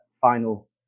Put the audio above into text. final